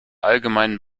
allgemeinen